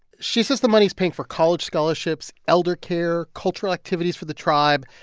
she says the money is paying for college scholarships, eldercare, cultural activities for the tribe,